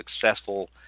successful